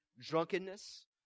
Drunkenness